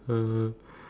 uh